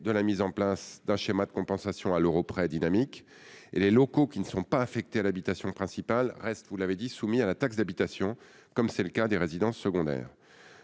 de la mise en place d'un schéma de compensation à l'euro près et dynamique. Par ailleurs, les locaux qui ne sont pas affectés à l'habitation principale restent soumis à la taxe d'habitation- c'est le cas des résidences secondaires.